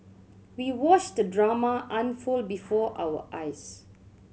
we watched the drama unfold before our eyes